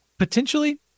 Potentially